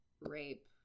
rape